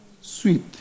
sweet